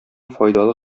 файдалы